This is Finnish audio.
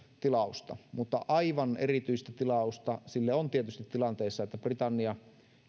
tilausta mutta aivan erityistä tilausta sille on tietysti tilanteessa että britannia